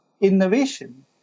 innovation